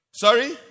Sorry